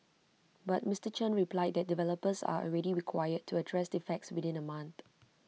but Mister Chen replied that developers are already required to address defects within A month